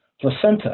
placenta